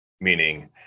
meaning